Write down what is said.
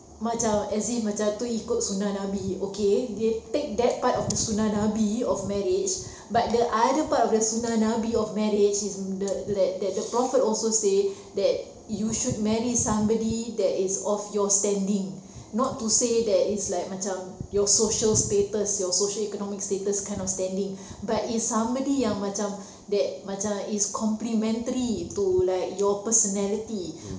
macam as if macam itu ikut sunah nabi okay they take that part of the sunah nabi of marriage but the other part of the sunah nabi of marriage the that that the prophet also say that you should marry somebody that is of your standing not to say that it's like macam your social status your social economic status kind of standing but it's somebody yang macam that macam is complementary to like your personality